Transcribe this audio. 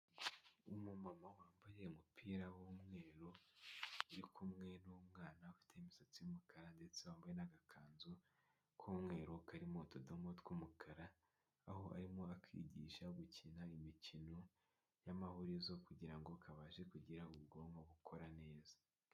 Umumama wambaye umupira w'umweru uri kumwe n'umwana ufite imisatsi y’umukara ndetse hamwe n'agakanzu k'umweru karimo utudomo tw'umukara aho arimo akigisha gukina imikino y'amahurizo kugirango kabashe kugira ubwonko bukora neza.